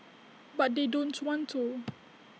but they don't want to